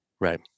Right